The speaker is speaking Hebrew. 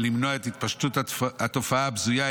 ולמנוע את התפשטות התופעה הבזויה,